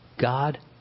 God